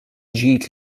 ġid